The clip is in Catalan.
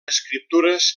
escriptures